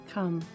Come